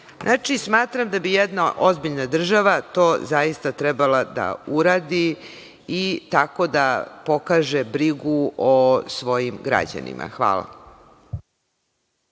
Znači, smatram da bi jedna ozbiljna država to zaista trebala da uradi i tako da pokaže brigu o svojim građanima. Hvala.